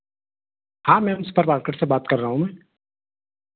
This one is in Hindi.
हाँ मैं उनस्तर बार्केट से बात कर रहा हूँ मैं